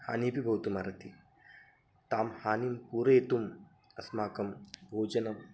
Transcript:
हानि अपि भवितुमर्हति तां हानिं पूरयितुम् अस्माकं भोजनम्